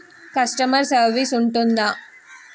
Customer service ఉంటుందా?